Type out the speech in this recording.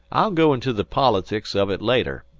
i'll go into the politics of it later.